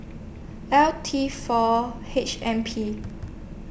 L seven four H M P